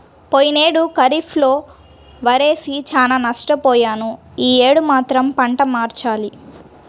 పోయినేడు ఖరీఫ్ లో వరేసి చానా నష్టపొయ్యాను యీ యేడు మాత్రం పంట మార్చాలి